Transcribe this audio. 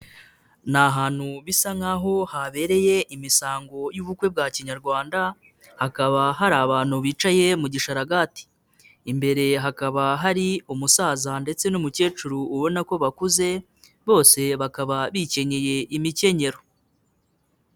Ni ahantu bisa nkaho habereye imisango y'ubukwe bwa Kinyarwanda, hakaba hari abantu bicaye mu gisharagati, imbere hakaba hari umusaza ndetse n'umukecuru ubona ko bakuze, bose bakaba bikenyeye imikenyero.